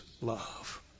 love